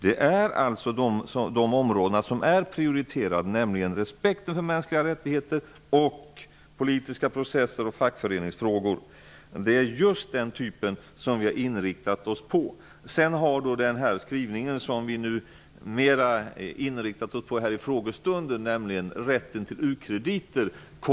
Det är alltså de områdena som är prioriterade, nämligen respekten för mänskliga rättigheter, politiska processer och fackföreningsfrågor. Det är just det som vi har inriktat oss på. Sedan har den skrivningen kommit in som vi har inriktat oss mera på i den här frågestunden, nämligen rätten till u-krediter.